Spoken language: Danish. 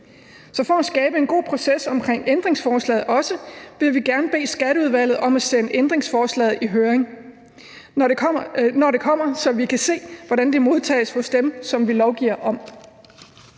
Så for også at skabe en god proces omkring ændringsforslaget vil vi gerne bede Skatteudvalget om at sende ændringsforslaget i høring, når det kommer, så vi kan se, hvordan det modtages hos dem, som vi lovgiver om.